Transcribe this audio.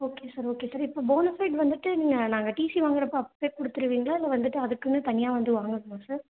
okay sir okay sir இப்போ bonafide வந்துவிட்டு நீங்கள் நாங்கள் டிசி வாங்குறப்போ அப்படியே கொடுத்துடுவிங்களா இல்லை வந்துவிட்டு அதற்குன்னு தனியாக வந்து வாங்கணுமா சார்